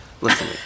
listen